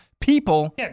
people